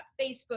Facebook